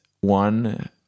one